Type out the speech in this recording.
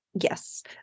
yes